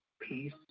peace